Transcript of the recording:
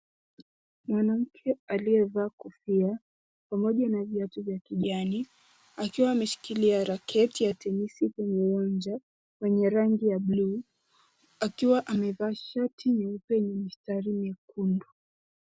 Mwanamke aliyevaa kofia pamoja na viatu vya kijani akiwa ameshikilia raketi ya tenisi kwenye uwanja yenye rangi ya bluu akiwa amevaa shati nyeupe yenye mistari myekundu.